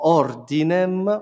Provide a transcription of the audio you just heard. ordinem